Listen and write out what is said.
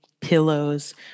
pillows